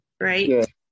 right